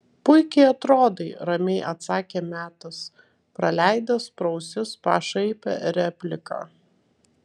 puikiai atrodai ramiai atsakė metas praleidęs pro ausis pašaipią repliką